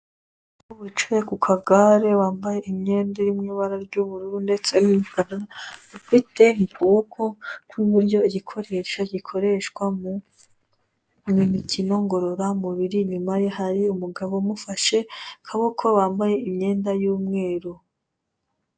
Umuntu wicaye ku kagare wambaye imyenda iri mu ibara ry'ubururu ndetse n'umukara ufite mu kuboko kw'ibiryo igikoresho gikoreshwa mu mikino ngororamubiri, inyuma ye hari umugabo umufashe akaboka wambaye imyenda y'umweru.